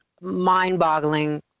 mind-boggling